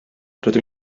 rydw